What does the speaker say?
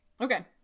Okay